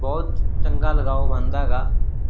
ਬਹੁਤ ਚੰਗਾ ਲਗਾਓ ਬਣਦਾ ਹੈਗਾ